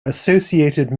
associated